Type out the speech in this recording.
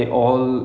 mm